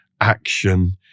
action